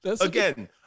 Again